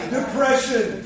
Depression